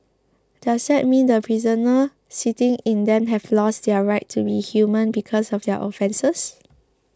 does that mean the prisoners sitting in them have lost their right to be human because of their offences